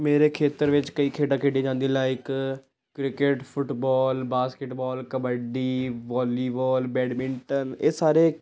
ਮੇਰੇ ਖੇਤਰ ਵਿੱਚ ਕਈ ਖੇਡਾਂ ਖੇਡੀਆਂ ਜਾਂਦੀਆਂ like cricket football basketball kabaddi ਵੋਲੀਵੋਲ ਬੈਡਮਿੰਟਨ ਇਹ ਸਾਰੇ